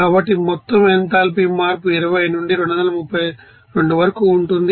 కాబట్టి మొత్తం ఎంథాల్పీ మార్పు 20 నుండి 232 వరకు ఉంటుంది